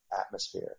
atmosphere